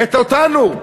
אותנו.